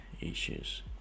issues